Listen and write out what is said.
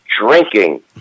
drinking